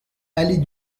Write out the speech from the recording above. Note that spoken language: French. allée